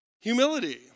humility